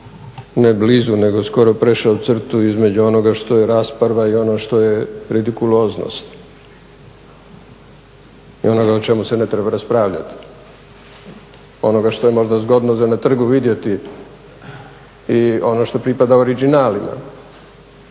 ne blizu nego skoro prešao crtu između onoga što je rasprava i ono što je ridikuloznost i onoga o čemu se ne treba raspravljati. Onoga što je možda zgodno za na trgu vidjeti i ono što pripada originalima